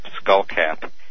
skullcap